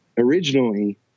originally